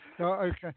Okay